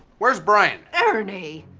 where's brian? ernie!